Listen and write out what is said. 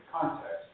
context